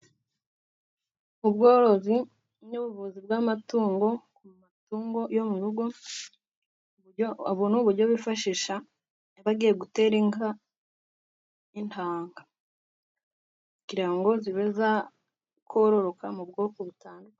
Ubworozi n'ubuvuzi bw'amatungo, ku matungo yo mu rugo, ubona ni uburyo bifashisha bagiye gutera inka intanga, kugira ngo zibe zakororoka mu bwoko butandukanye.